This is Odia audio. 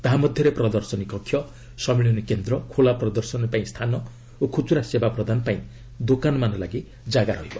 ତାହା ମଧ୍ୟରେ ପ୍ରଦର୍ଶନୀ କକ୍ଷ ସମ୍ମିଳନୀ କେନ୍ଦ୍ର ଖୋଲା ପ୍ରଦର୍ଶନୀ ପାଇଁ ସ୍ଥାନ ଓ ଖୁଚୁରା ସେବା ପ୍ରଦାନ ପାଇଁ ଦୋକାନମାନ ଲାଗି ଜାଗା ରହିବ